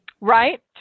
Right